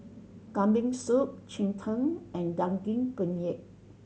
Kambing Soup cheng tng and Daging Penyet